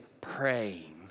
praying